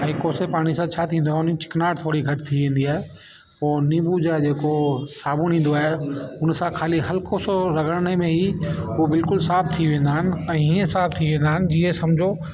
ऐं कोसे पाणीअ सां छा थींदो आहे उन ई चिकनाहट थोरी घटि थी वेंदी आहे पोइ नीबू जा जेको साबुण ईंदो आहे उन सां खाली हल्को सो रॻिड़िने में ई हू बिल्कुलु साफ़ु थी वेंदा आहिनि ऐं हीअं साफ़ु थी वेंदा आहिनि जीअं समुझो